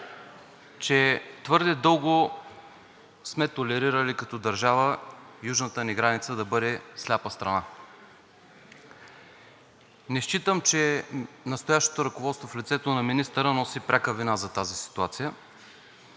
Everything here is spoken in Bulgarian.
че твърде дълго като държава сме толерирали южната ни граница да бъде сляпа страна. Не считам, че настоящото ръководство в лицето на министъра носи пряка вина за тази ситуация,